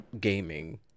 gaming